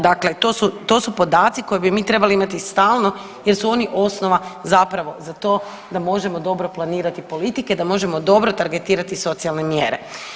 Dakle, to su podaci koje bi mi trebali imati stalno jer su osnova zapravo za to da možemo dobro planirati politike, da možemo dobro targetrati socijalne mjere.